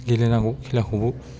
गेलेनांगौ खेलाखौबो